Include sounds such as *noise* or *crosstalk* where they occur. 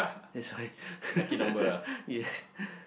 that's why *laughs* yes